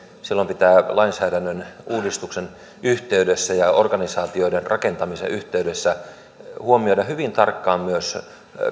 silloin pitää lainsäädännön uudistuksen yhteydessä ja organisaatioiden rakentamisen yhteydessä huomioida hyvin tarkkaan myös